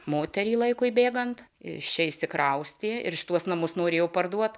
moterį laikui bėgant ir iš čia išsikraustė ir šituos namus norėjo parduot